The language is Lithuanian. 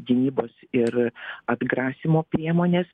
gynybos ir atgrasymo priemonės